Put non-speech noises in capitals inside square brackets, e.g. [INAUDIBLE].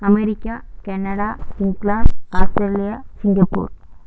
America Canada [UNINTELLIGIBLE] Australia Singapore